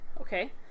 Okay